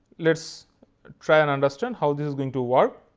let us try and understand how this is going to work.